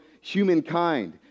humankind